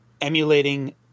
emulating